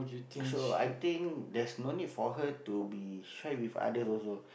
do I think there's no need for her to be share with others also